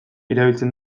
erabiltzen